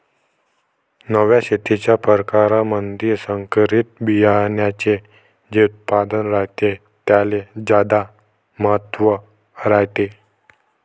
नव्या शेतीच्या परकारामंधी संकरित बियान्याचे जे उत्पादन रायते त्याले ज्यादा महत्त्व रायते